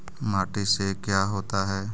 माटी से का क्या होता है?